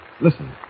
Listen